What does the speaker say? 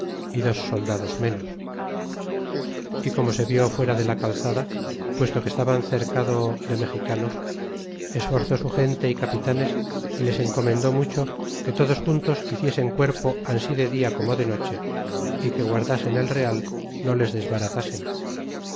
y dos soldados menos y como se vi fuera de la calzada puesto que estaban cercado de mexicanos esforzó su gente y capitanes y les encomendó mucho que todos juntos hiciesen cuerpo ansi de dia como de noche é que guardasen el real no les desbaratasen